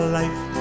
life